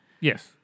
Yes